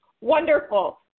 Wonderful